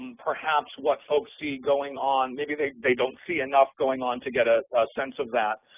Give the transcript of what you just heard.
and perhaps what folks see going on, maybe they they don't see enough going on to get a sense of that.